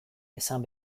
esan